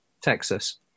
Texas